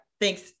Thanks